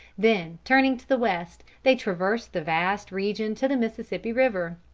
then turning to the west, they traversed the vast region to the mississippi river.